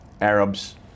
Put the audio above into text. Arabs